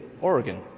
Oregon